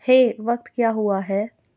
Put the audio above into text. ہے وقت کیا ہوا ہے